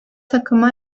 takıma